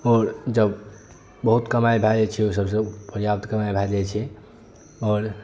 आओर जब बहुत कमाई भय जाइ छै ओहि सभसँ पर्याप्त कमाई भऽ जाइ छै आओर